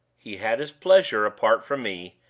he had his pleasure apart from me,